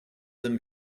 them